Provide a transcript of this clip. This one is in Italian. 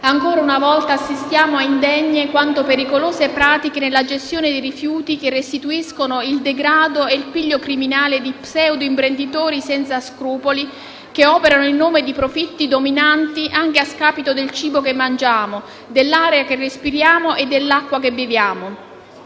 Ancora una volta assistiamo a indegne quanto pericolose pratiche nella gestione dei rifiuti che restituiscono il degrado e il piglio criminale di pseudo-imprenditori senza scrupoli che operano in nome di profitti dominanti anche a scapito del cibo che mangiamo, dell'aria che respiriamo e dell'acqua che beviamo.